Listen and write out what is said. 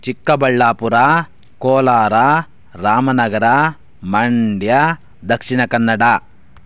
Chikkaballapur Kolar Ramanagara Mandya Dakshina Kannada